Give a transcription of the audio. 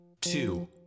two